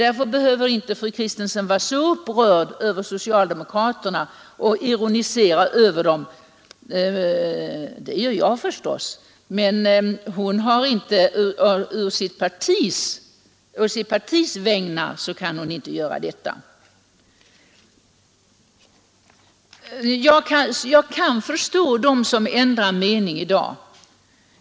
Därför behöver fru Kristensson inte vara så upprörd över socialdemokraterna och ironisera över dem — ja, det gör jag förstås — men å sitt partis vägnar kan hon inte göra det. Jag kan förstå dem som ändrar mening i dag.